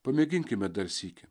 pamėginkime dar sykį